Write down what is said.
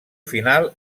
final